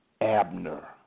Abner